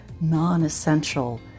non-essential